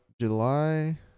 july